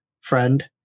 friend